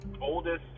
oldest